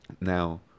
Now